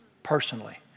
personally